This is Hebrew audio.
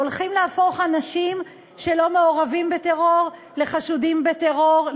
הולכים להפוך אנשים שלא מעורבים בטרור לחשודים בטרור,